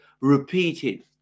repeated